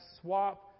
swap